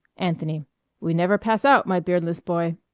anthony we never pass out, my beardless boy.